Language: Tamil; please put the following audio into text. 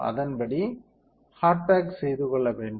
அடுத்த படி ஹார்ட் பேக் செய்து கொள்ள வேண்டும்